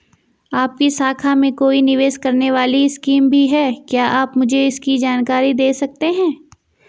आपकी शाखा में कोई निवेश करने वाली स्कीम भी है क्या आप मुझे इसकी जानकारी दें सकते हैं?